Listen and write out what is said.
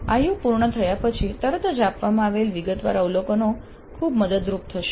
IU પૂર્ણ થયા પછી તરત જ આપવામાં આવેલ વિગતવાર અવલોકનો ખૂબ મદદરૂપ થશે